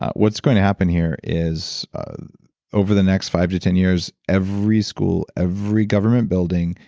what's going to happen here is over the next five to ten years every school, every government building,